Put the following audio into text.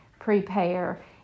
prepare